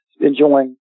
enjoying